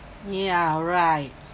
yeah right